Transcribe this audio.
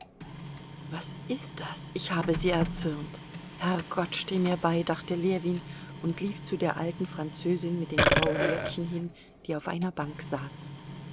was ist das ich habe sie erzürnt herrgott steh mir bei dachte ljewin und lief zu der alten französin mit den grauen löckchen hin die auf einer bank saß